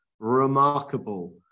Remarkable